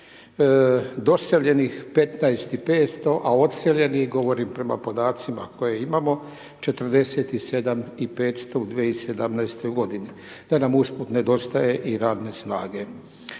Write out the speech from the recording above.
doseljenih 15 i 500, a doseljenih govorim prema podacima koje imamo 47 i 500 u 2017. g. da nam usput nedostaje i radne snage.